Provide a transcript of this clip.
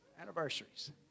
Anniversaries